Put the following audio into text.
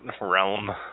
realm